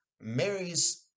Mary's